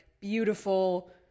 beautiful